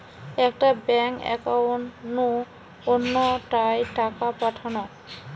একটা bank account নু অন্য টায় টাকা পাঠানো